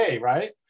right